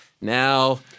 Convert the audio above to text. now